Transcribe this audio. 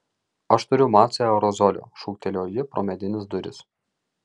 aš turiu mace aerozolio šūktelėjo ji pro medines duris